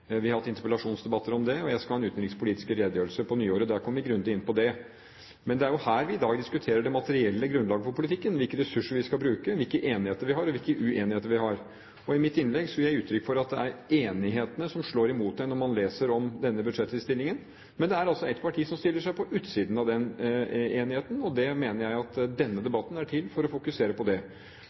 Vi har hatt interpellasjonsdebatter om det, og jeg skal ha en utenrikspolitisk redegjørelse på nyåret der jeg kommer grundig inn på det. Men det er her i dag vi diskuterer det materielle grunnlaget for politikken; hvilke ressurser vi skal bruke, hvilke enigheter vi har, og hvilke uenigheter vi har. I mitt innlegg gir jeg uttrykk for at det er enighetene som slår imot en når man leser denne budsjettinnstillingen, men det er altså ett parti som stiller seg på utsiden av den enigheten, og det mener jeg at denne debatten er til for å fokusere på. Når det